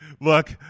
look